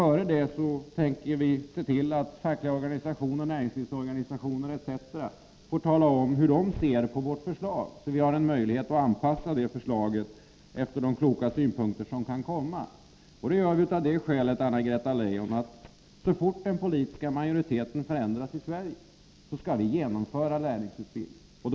Men dessförinnan tänker vi se till att fackliga organisationer, näringslivsorganisationer m.fl. får tala om hur de ser på vårt förslag, så att vi kan anpassa förslaget med hänsyn till de kloka synpunkter som kan anläggas. Detta gör vi, Anna-Greta Leijon, av det skälet, att så snart den politiska majoriteten förändras i Sverige, skall vi genomföra lärlingsutbildningen.